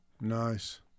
nice